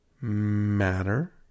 matter